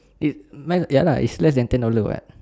if mine ya lah is less than ten dollar [what]